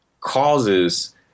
causes